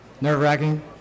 nerve-wracking